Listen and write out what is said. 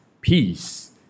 Peace